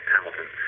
Hamilton